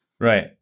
right